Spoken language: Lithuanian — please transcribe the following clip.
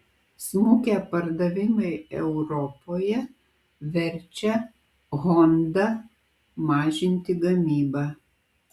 smukę pardavimai europoje verčia honda mažinti gamybą